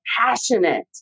passionate